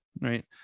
right